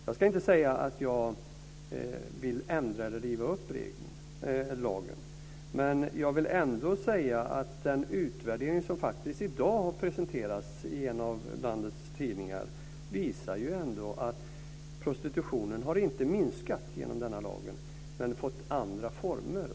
Jag ska inte säga att jag vill ändra eller riva upp lagen, men jag vill säga att den utvärdering som faktiskt har presenterats i dag i en av landets tidningar ändå visar att prostitutionen inte har minskat genom denna lag men att den har fått andra former.